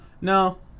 No